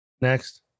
next